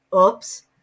oops